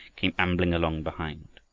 came ambling along behind.